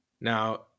now